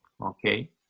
okay